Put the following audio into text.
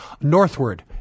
Northward